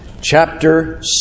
chapter